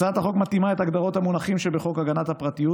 הצעת החוק מתאימה את הגדרות המונחים שבחוק הגנת הפרטיות